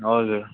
हजुर